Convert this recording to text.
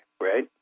Right